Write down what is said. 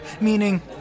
meaning